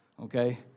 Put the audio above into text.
okay